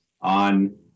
on